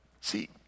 See